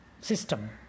system